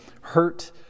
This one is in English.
hurt